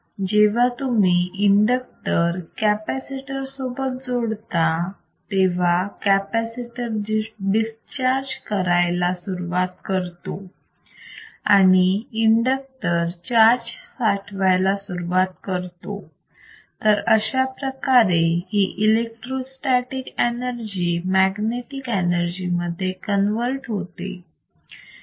जेव्हा तुम्ही inductor capacitor सोबत जोडता तेव्हा कॅपॅसिटर डिस्चार्ज करायला सुरुवात करतो आणि इंडक्टर चार्ज साठवायला सुरुवात करतो तर अशाप्रकारे ही इलेक्ट्रोस्टॅटीक एनर्जी मॅग्नेटिक एनर्जी मध्ये कन्वर्ट होते